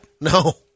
No